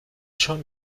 schon